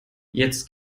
jetzt